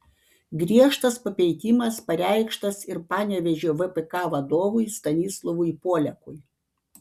griežtas papeikimas pareikštas ir panevėžio vpk vadovui stanislovui poliakui